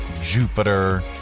Jupiter